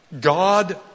God